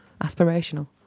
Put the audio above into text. aspirational